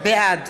בעד